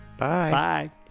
Bye